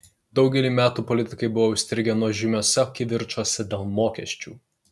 daugelį metų politikai buvo užstrigę nuožmiuose kivirčuose dėl mokesčių